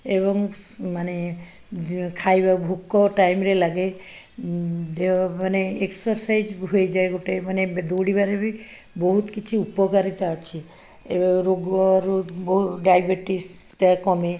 ଏବଂ ମାନେ ଖାଇବା ଭୋକ ଟାଇମ୍ରେ ଲାଗେ ଦେହ ମାନେ ଏକ୍ସର୍ସାଇଜ୍ ହୋଇଯାଏ ଗୋଟେ ମାନେ ଦୌଡ଼ିବାରେ ବି ବହୁତ କିଛି ଉପକାରିତା ଅଛି ଏବେ ରୋଗରୁ ବହୁ ଡାଇବେଟିସ୍ଟା କମେ